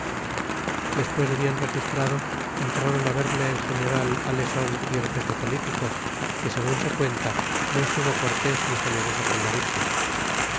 después de bien registrado entraron a verle el general aleson y el jefe político que según se cuenta no estuvo cortés ni generoso con la víctima